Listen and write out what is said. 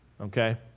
okay